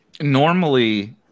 Normally